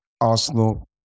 Arsenal